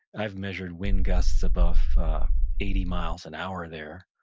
i've measured wind gusts above eighty miles an hour there,